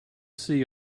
see